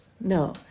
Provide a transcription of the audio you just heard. no